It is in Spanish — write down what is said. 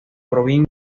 provincia